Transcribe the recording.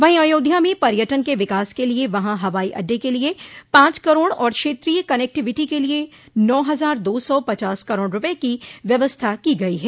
वहीं अयोध्या में पर्यटन के विकास के लिये वहां हवाई अड्डे के लिये पांच करोड़ और क्षेत्रीय कनेक्टिविटी के लिये नौ हजार दो सौ पचास करोड़ रूपये की व्यवस्था की गई है